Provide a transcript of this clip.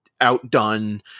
outdone –